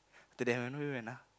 today where we went ah